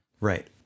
Right